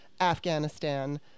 Afghanistan